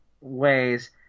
ways